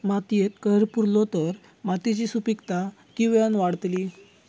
मातयेत कैर पुरलो तर मातयेची सुपीकता की वेळेन वाडतली?